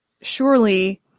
surely